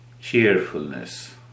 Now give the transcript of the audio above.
cheerfulness